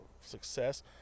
success